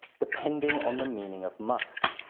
depending on the meaning of must.